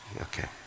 Okay